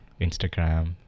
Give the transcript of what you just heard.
Instagram